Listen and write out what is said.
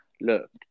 look